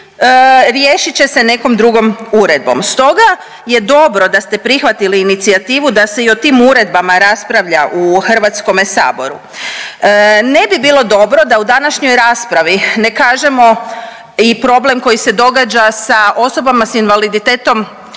riješit će se nekom drugom uredbom. Stoga je dobro da ste prihvatili inicijativu da se i o tim uredbama raspravlja u HS-u. Ne bi bilo dobro da u današnjoj raspravi ne kažemo i problem koji se događa sa osobama s invaliditetom